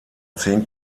zehn